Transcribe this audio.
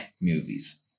movies